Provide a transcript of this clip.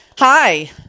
Hi